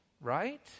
right